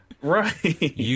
Right